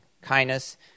kindness